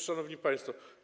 Szanowni Państwo!